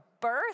birth